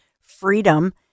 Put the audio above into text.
freedom